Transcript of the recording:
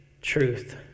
truth